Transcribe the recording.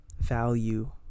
value